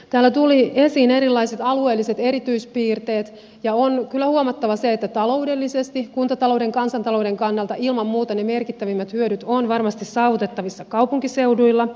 täällä tulivat esiin erilaiset alueelliset erityispiirteet ja on kyllä huomattava se että taloudellisesti kuntatalouden kansantalouden kannalta ilman muuta ne merkittävimmät hyödyt ovat varmasti saavutettavissa kaupunkiseuduilla